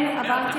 לא, עם אריה